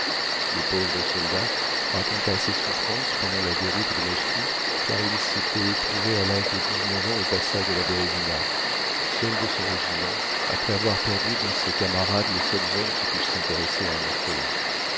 le pauvre soldat raconta ses souffrances pendant la déroute de moscou car il s'était trouvé à l'âge de dix-neuf ans au passage de la bérézina seul de son régiment après avoir perdu dans ses camarades les seuls hommes qui pussent s'intéresser à un orphelin